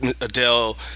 adele